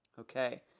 Okay